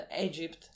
Egypt